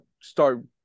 start